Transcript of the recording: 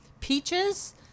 peaches